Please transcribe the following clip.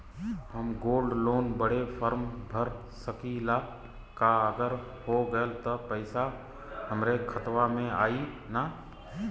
हम gold loan बड़े form भर सकी ला का अगर हो गैल त पेसवा हमरे खतवा में आई ना?